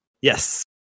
Yes